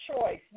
choice